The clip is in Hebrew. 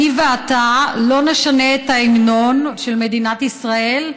אני ואתה לא נשנה את ההמנון של מדינת ישראל,